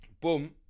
boom